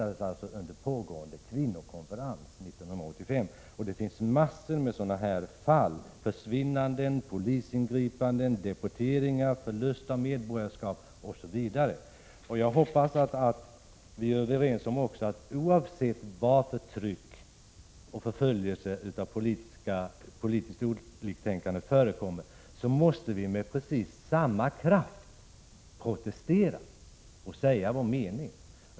Det finns många andra sådana fall, förvinnanden, polisingripanden, deporteringar, förlust av medborgarskap m.m. Jag hoppas att vi är överens om att oavsett var förtryck och förföljelse av politiskt oliktänkande förekommer måste vi med precis samma kraft protestera och säga vår mening.